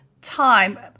time